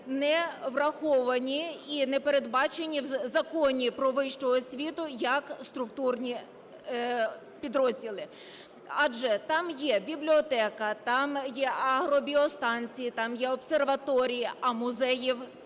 не враховані і не передбачені в Законі "Про вищу освіту" як структурні підрозділи, адже там є бібліотека, там є агробіостанції, там є обсерваторії, а музеїв